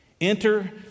Enter